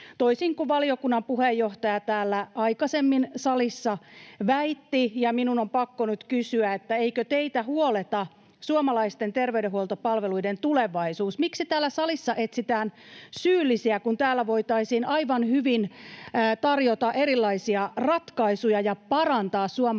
toisin kuin valiokunnan puheenjohtaja täällä aikaisemmin salissa väitti, ja minun on pakko nyt kysyä, eikö teitä huoleta suomalaisten terveydenhuoltopalveluiden tulevaisuus. Miksi täällä salissa etsitään syyllisiä, kun täällä voitaisiin aivan hyvin tarjota erilaisia ratkaisuja ja parantaa suomalaisten